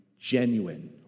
genuine